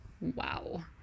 wow